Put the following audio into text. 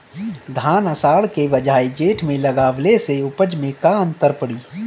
धान आषाढ़ के बजाय जेठ में लगावले से उपज में का अन्तर पड़ी?